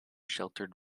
sheltered